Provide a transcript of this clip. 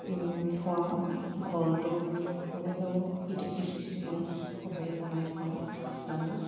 কিনি আনি খুৱাওঁ ঘৰটো কিছুমান হেৰি বনাই খুৱাওঁ দানা